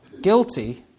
guilty